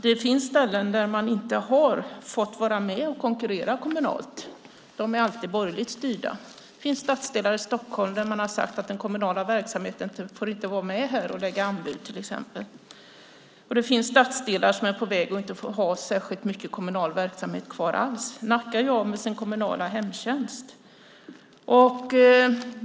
Det finns kommuner där man inte har fått vara med och konkurrera kommunalt. De är alltid borgerligt styrda. Det finns till exempel stadsdelar i Stockholm där man har sagt att den kommunala verksamheten inte får vara med och lägga anbud. Och det finns stadsdelar som är på väg att inte få ha särskilt mycket kommunal verksamhet kvar alls. Nacka gör ju sig av med sin kommunala hemtjänst.